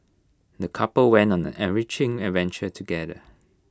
the couple went on an enriching adventure together